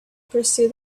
pursue